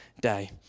day